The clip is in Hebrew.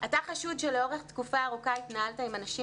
"אתה חשוד שלאורך תקופה ארוכה התנהלת עם אנשים